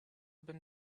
been